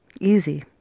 Easy